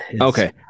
Okay